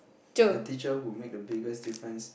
the teacher who made the biggest difference